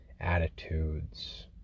attitudes